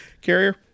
carrier